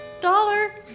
dollar